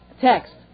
text